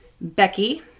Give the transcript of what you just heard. Becky